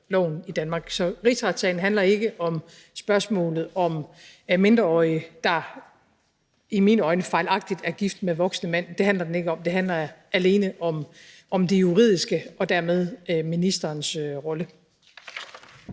Så rigsretssagen handler ikke om spørgsmålet om mindreårige, der, i mine øjne, fejlagtigt er gift med voksne mænd. Det handler den ikke om. Det handler alene om det juridiske og dermed ministerens rolle.